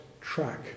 track